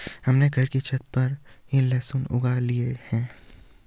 हमने घर की छत पर ही लहसुन उगा लिए हैं